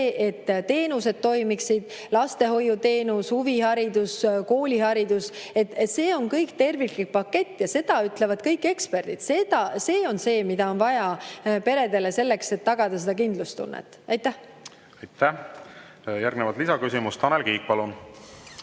et toimiksid teenused: lastehoiuteenus, huviharidus, kooliharidus. See on kõik terviklik pakett ja seda ütlevad kõik eksperdid. See on see, mida on vaja peredele selleks, et tagada kindlustunne. Aitäh! Järgnevalt lisaküsimus. Tanel Kiik, palun!